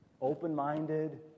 open-minded